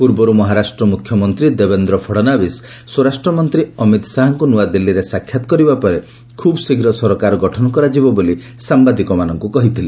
ପୂର୍ବରୁ ମହାରାଷ୍ଟ୍ର ମୁଖ୍ୟମନ୍ତ୍ରୀ ଦେବେନ୍ଦ୍ର ଫଡ଼ନାବିସ ସ୍ୱରାଷ୍ଟ୍ରମନ୍ତ୍ରୀ ଅମିତ ଶାହାଙ୍କୁ ନୂଆଦିଲ୍ଲୀରେ ସାକ୍ଷାତ କରିବା ପରେ ଖୁବ୍ ଶୀଘ୍ର ସରକାର ଗଠନ କରାଯିବ ବୋଲି ସାମ୍ବାଦିକମାନଙ୍କୁ କହିଥିଲେ